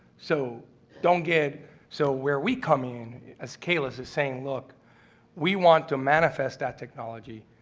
so don't get so where we come in as caelus, is saying look we want to manifest that technology,